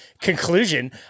conclusion